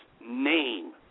name